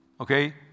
Okay